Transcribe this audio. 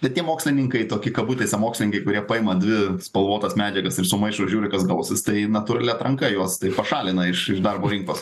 kiti mokslininkai toki kabutėse mokslininkai kurie paima dvi spalvotas medžiagas ir sumaišo žiūri kas gausis tai natūrali atranka juos taip pašalina iš darbo rinkos